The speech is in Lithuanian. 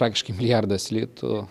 praktiškai milijardas litų